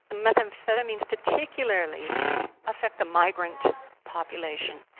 methamphetamines particularly affect the migrant population.